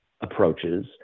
approaches